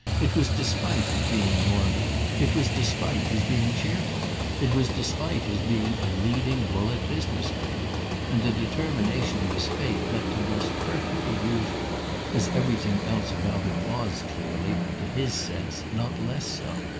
it was despite his being normal it was despite his being cheerful it was despite his being a leading woollett business-man and the determination of his fate left him thus perfectly usual as everything else about it was clearly, to his sense, not less so.